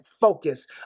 focus